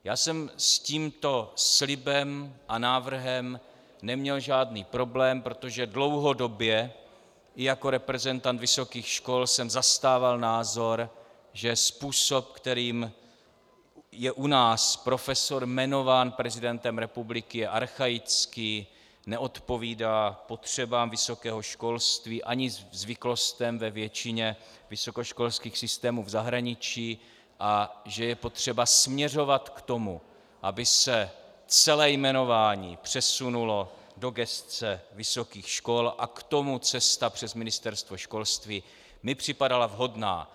Já jsem s tímto slibem a návrhem neměl žádný problém, protože dlouhodobě i jako reprezentant vysokých škol jsem zastával názor, že způsob, kterým je u nás profesor jmenován prezidentem republiky, je archaický, neodpovídá potřebám vysokého školství ani zvyklostem ve většině vysokoškolských systémů v zahraničí a že je potřeba směřovat k tomu, aby se celé jmenování přesunulo do gesce vysokých škol, a k tomu cesta přes Ministerstvo školství mi připadala vhodná.